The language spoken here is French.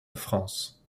france